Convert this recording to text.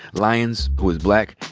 lyons, who was black,